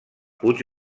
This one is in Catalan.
puig